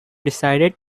decided